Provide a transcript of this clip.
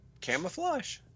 camouflage